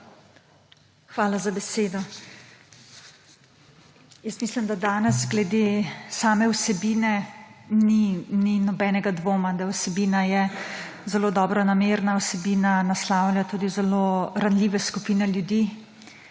Hvala za besedo. Mislim, da danes glede same vsebine ni nobenega dvoma, da je vsebina zelo dobronamerna. Vsebina naslavlja tudi zelo ranljive skupine ljudi,